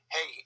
Hey